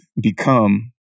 become